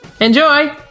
Enjoy